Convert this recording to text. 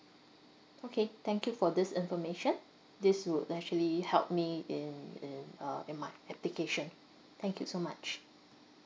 okay thank you for this information this would actually help me in in uh in my application thank you so much